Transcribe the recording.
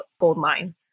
goldmine